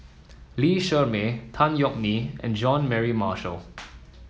Lee Shermay Tan Yeok Nee and John Mary Marshall